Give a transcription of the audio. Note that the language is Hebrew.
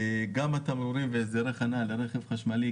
גם התמרורים והסדרי חניה לרכב חשמלי,